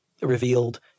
revealed